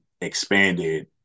expanded